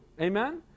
Amen